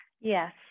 yes